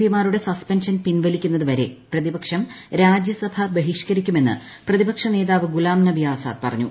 P മാരുടെ suspension പിൻവലിക്കുന്നതുവരെ പ്രതിപക്ഷം രാജൃസഭ ബഹിഷ്ക്കരിക്കുമെന്ന് പ്രതിപക്ഷ നേതാവ് ഗുലാം നബി ആസാദ് പറഞ്ഞു